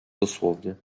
dosłownie